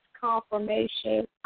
confirmation